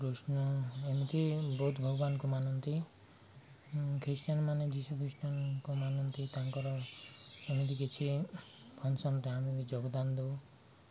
କୃଷ୍ଣ ଏମିତି ବହୁତ ଭଗବାନଙ୍କୁ ମାନନ୍ତି ଖ୍ରୀଷ୍ଟିଆନ୍ ମାନେ ଯିଶୁ ଖ୍ରୀଷ୍ଟନଙ୍କ ମାନନ୍ତି ତାଙ୍କର ଏମିତି କିଛି ଫଙ୍କସନରେ ଆମେ ବି ଯୋଗଦାନ ଦଉ